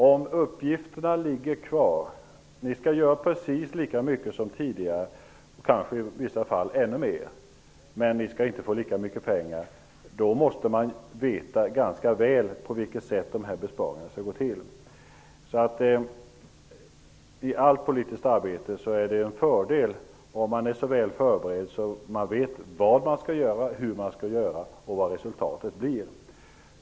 Om en länsstyrelse skall utföra lika mycket som tidigare, kanske i vissa fall ännu mera, men inte med lika mycket pengar, måste man veta ganska väl på vilket sätt besparingarna skall gå till. I allt politiskt arbete är det en fördel om man är så väl förberedd att man vet vad man skall göra, hur man skall göra och vad resultatet blir.